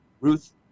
Ruth